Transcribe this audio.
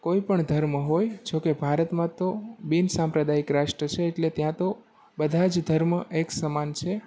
કોઈ પણ ધર્મ હોય જો કે ભારતમાં તો બિનસાંપ્રદાયિક રાષ્ટ્ર છે એટલે ત્યાં તો બધા જ ધર્મ એકસમાન છે